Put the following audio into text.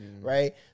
Right